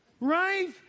right